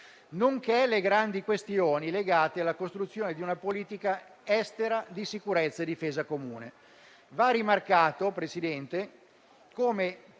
nonché le grandi questioni legate alla costruzione di una politica estera di sicurezza e difesa comune. Va rimarcato, Presidente, come